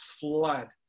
flood